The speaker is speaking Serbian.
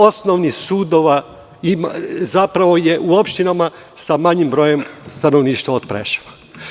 Deset osnovnih sudova zapravo je u opštinama sa manjim brojem stanovništva od Preševa.